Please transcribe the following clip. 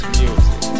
music